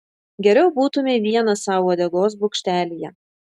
geriau būtumei vienas sau uodegos bokštelyje